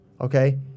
okay